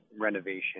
renovation